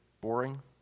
boring